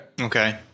Okay